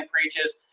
preaches